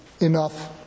enough